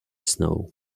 snow